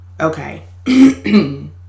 Okay